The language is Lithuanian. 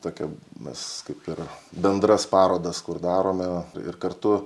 tokia mes kaip ir bendras parodas kur darome ir kartu